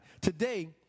Today